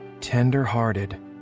tender-hearted